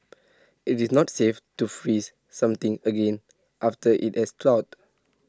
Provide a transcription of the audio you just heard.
IT is not safe to freeze something again after IT has thawed